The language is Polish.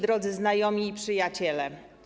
Drodzy Znajomi i Przyjaciele!